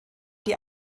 die